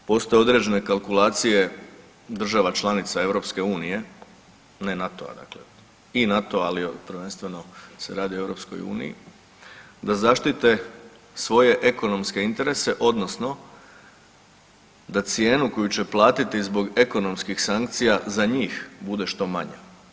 Ali i tu postoje određene kalkulacije država članica EU, ne NATO-a, i NATO-a ali prvenstveno se radi o EU, da zaštite svoje ekonomske interese odnosno da cijenu koju će platiti zbog ekonomskih sankcija za njih bude što manja.